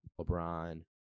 LeBron